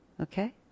Okay